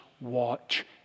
watch